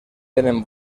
tenen